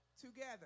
together